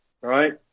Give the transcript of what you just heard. right